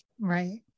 Right